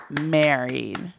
married